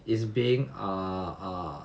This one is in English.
it's being err err